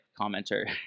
commenter